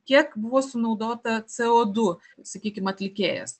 kiek buvo sunaudota co du sakykim atlikėjas